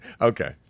Okay